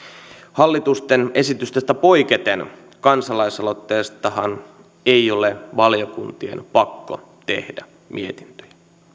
hallitusten esityksistä poiketen kansalaisaloitteistahan ei ole valiokuntien pakko tehdä mietintöjä